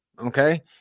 Okay